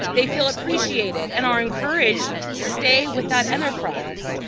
they feel appreciated, and are encouraged to stay with that enterprise.